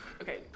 Okay